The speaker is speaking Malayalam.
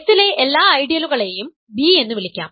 S ലേ എല്ലാ ഐഡിയ യലുകളെയും B എന്നുവിളിക്കാം